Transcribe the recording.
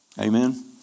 Amen